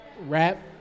Rap